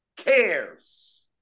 Cares